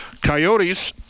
Coyotes